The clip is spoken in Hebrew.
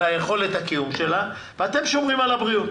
יכולת הקיום שלה ואתם שומרים על הבריאות.